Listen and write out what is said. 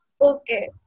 Okay